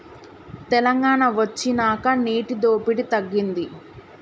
తెలంగాణ వొచ్చినాక నీటి దోపిడి తగ్గింది